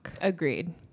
Agreed